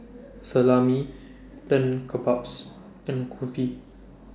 Salami Lamb Kebabs and Kulfi